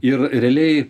ir realiai